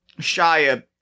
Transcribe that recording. Shia